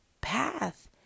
path